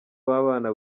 w’abana